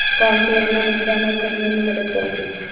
कौन सी योजना मुझे जानवर ख़रीदने में मदद करेगी?